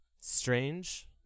strange